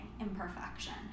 imperfection